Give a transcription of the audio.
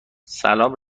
سلام